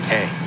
Hey